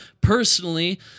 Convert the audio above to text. personally